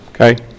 Okay